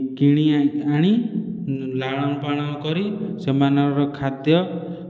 କିଣି ଆଣି ଲାଳନ ପାଳନ କରି ସେମାନଙ୍କର ଖାଦ୍ୟ